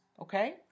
okay